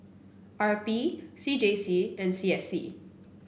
R P C J C and C S C